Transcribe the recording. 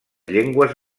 llengües